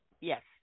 Yes